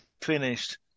finished